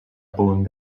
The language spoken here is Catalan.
punt